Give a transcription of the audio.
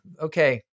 okay